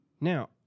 Now